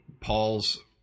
Paul's